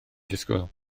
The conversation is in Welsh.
disgwyl